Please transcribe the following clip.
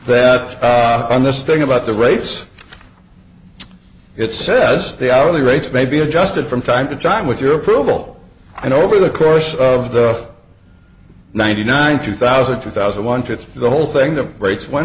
that and this thing about the rates it says the hourly rates may be adjusted from time to time with your approval and over the course of the of ninety nine two thousand two thousand one hundred the whole thing the rates went